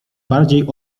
bardziej